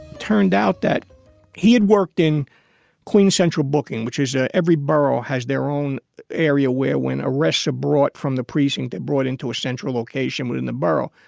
turned out that he had worked in queens central booking, which was ah every every borough has their own area where when arrests are brought from the precinct, they brought into a central location within the borough.